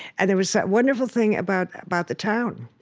and there was that wonderful thing about about the town.